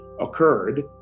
occurred